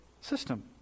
system